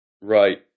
Right